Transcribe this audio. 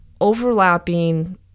overlapping